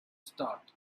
start